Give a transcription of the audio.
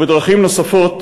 ובדרכים נוספות,